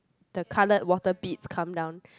the coloured water beads come down